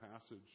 passage